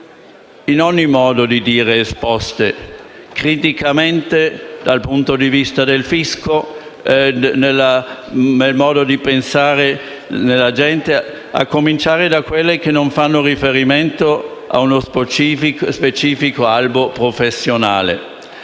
e criticamente esposte (dal punto di vista del fisco e nel modo di pensare della gente), a cominciare da quelle che non fanno riferimento a uno specifico albo professionale.